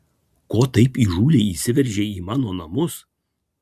ko taip įžūliai įsiveržei į mano namus